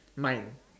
mine